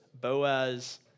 Boaz